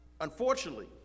Unfortunately